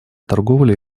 торговля